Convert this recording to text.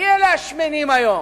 מי אלה השמנים היום?